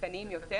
עדכניים יותר.